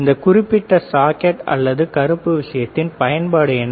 இந்த குறிப்பிட்ட சாக்கெட் அல்லது கருப்பாக இருப்பதன் பயன்பாடு என்ன